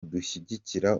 dushyigikira